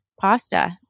pasta